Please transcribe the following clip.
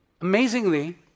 amazingly